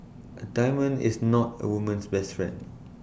A diamond is not A woman's best friend